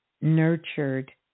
nurtured